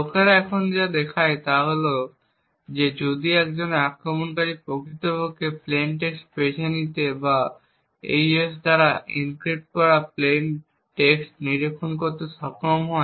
লোকেরা এখন যা দেখায় তা হল যে যদি একজন আক্রমণকারী প্রকৃতপক্ষে প্লেইন টেক্সট বেছে নিতে বা AES দ্বারা এনক্রিপ্ট করা প্লেইন টেক্সট নিরীক্ষণ করতে সক্ষম হয়